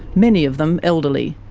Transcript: many of them elderly.